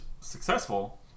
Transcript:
successful